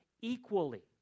equally